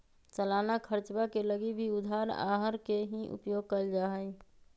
सालाना खर्चवा के लगी भी उधार आहर के ही उपयोग कइल जाहई